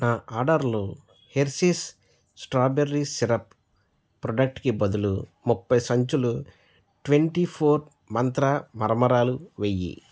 నా ఆర్డర్లు Hershey's strawberry syrup product కి బదులు ముప్పై సంచులు ట్వంటీ ఫోర్ మంత్ర మరమరాలు వేయి